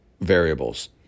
variables